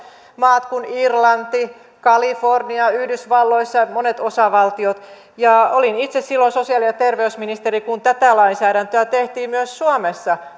maat kuin irlanti kalifornia yhdysvalloissa monet osavaltiot olin itse silloin sosiaali ja terveysministeri kun tätä lainsäädäntöä tehtiin myös suomessa